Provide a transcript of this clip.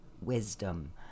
wisdom